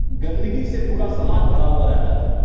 गंदगी से पूरा समाज भरा हुआ रहता था